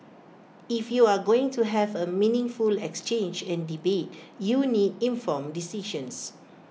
if you're going to have A meaningful exchange and debate you need informed decisions